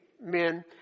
men